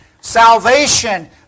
Salvation